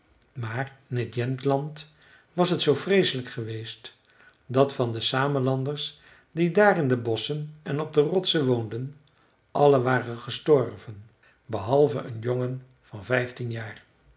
maar in jämtland was t zoo vreeselijk geweest dat van de samelanders die daar in bosschen en op de rotsen woonden allen waren gestorven behalve een jongen van vijftien jaar